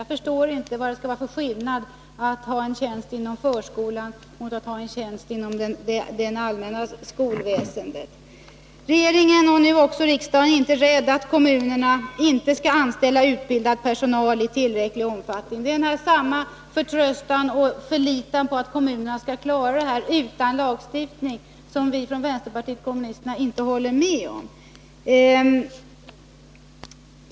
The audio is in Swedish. Jag förstår inte vad det skall vara för skillnad på att ha en tjänst inom förskolan och inom det allmänna skolväsendet. Regeringen och nu också riksdagen är inte rädda för att kommunerna inte skall anställa utbildad personal i tillräcklig omfattning. Det är denna förtröstan och förlitan på att kommunerna skall klara frågan utan lagstiftning som vi från vänsterpartiet kommunisterna inte kan dela.